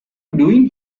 doing